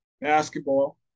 basketball